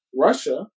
Russia